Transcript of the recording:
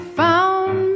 found